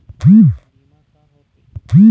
बीमा का होते?